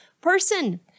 person